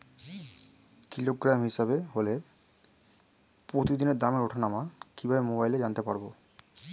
Kilogram হিসাবে হলে প্রতিদিনের দামের ওঠানামা কিভাবে মোবাইলে জানতে পারবো?